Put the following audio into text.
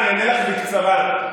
בקצרה.